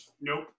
nope